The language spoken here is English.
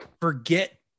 forget